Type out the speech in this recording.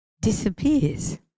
disappears